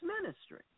ministry